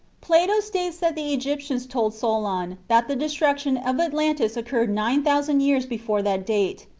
plato states that the egyptians told solon that the destruction of atlantis occurred nine thousand years before that date,